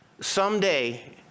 Someday